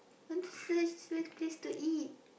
what's the place to eat